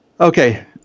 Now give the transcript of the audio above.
Okay